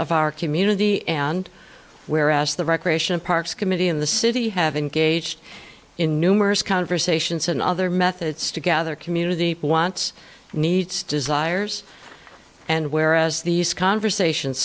of our community and whereas the recreation parks committee in the city have engaged in numerous conversations and other methods to gather community wants needs desires and whereas these conversations